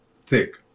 thick